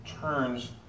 turns